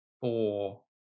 four